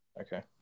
okay